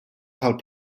tal